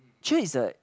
cher is like